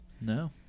no